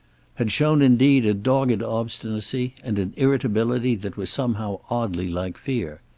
had shown indeed, a dogged obstinacy and an irritability that were somehow oddly like fear.